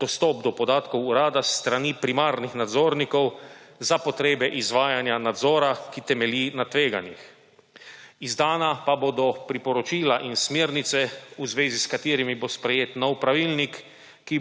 do podatkov Urada s strani primarnih nadzornikov za potrebe izvajanja nadzora, ki temelji na tveganjih. Izdana pa bodo priporočila in smernice, v zvezi s katerimi bo sprejet nov pravilnik,